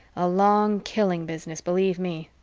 a long killing business, believe me.